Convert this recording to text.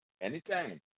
anytime